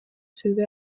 züge